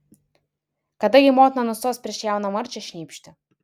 kada gi motina nustos prieš jauną marčią šnypšti